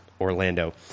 Orlando